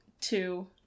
two